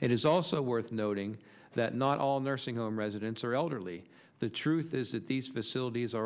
and is also worth noting that not all nursing home residents are elderly the truth is that these facilities are